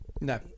No